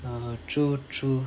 true true